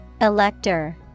Elector